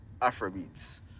Afrobeats